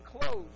clothes